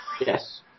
Yes